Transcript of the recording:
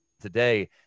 today